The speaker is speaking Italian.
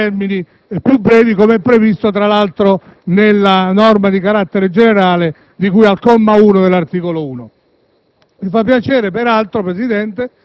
risolvibili in termini più brevi, come è previsto, tra l'altro, nella norma di carattere generale di cui al comma 1 dell'articolo 1.